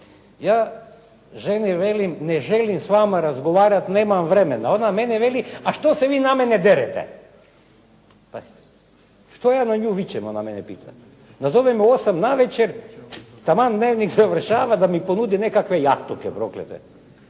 Ja ženi velim, ne želim s vama razgovarati nemam vremena. A ona meni veli, a što se vi na mene derete? Što ja na nju vičem ona mene pita. Nazove me u osam navečer, taman "Dnevnik" završava, da mi ponudi nekakve jastuke proklete.